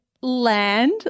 land